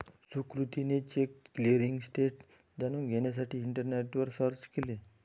सुकृतीने check clearing status जाणून घेण्यासाठी इंटरनेटवर सर्च केले